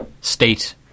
state